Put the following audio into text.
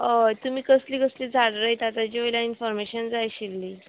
हय तुमी कसली कसली झाडां रयता ताजे वयल्यान इनफोर्मेशन जाय आशिल्ली